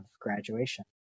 graduation